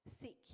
seek